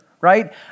right